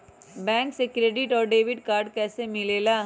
Bank से credit और debit card कैसी मिलेला?